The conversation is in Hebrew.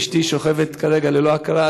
אשתי שוכבת כרגע ללא הכרה,